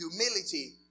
humility